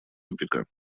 тупика